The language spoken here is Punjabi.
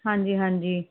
ਹਾਂਜੀ ਹਾਂਜੀ